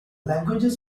languages